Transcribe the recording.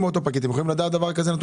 אתם יכולים לדעת דבר הזה ולתת לי נתונים?